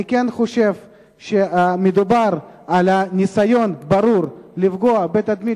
אני כן חושב שמדובר על ניסיון ברור לפגוע בתדמית